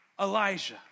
Elijah